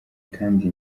kandi